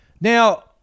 Now